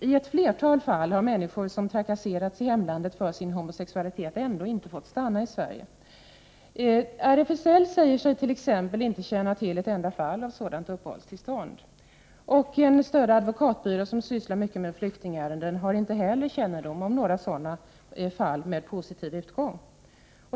I ett flertal fall har människor som trakasserats i hemlandet för sin homosexualitet ändå inte fått stanna i Sverige. RFSL exempelvis säger sig inte känna till ett enda fall som gäller något sådant uppehållstillstånd. En större avdokatbyrå som sysslar mycket med flyktingärenden har inte heller någon kännedom om sådana fall med positiv utgång.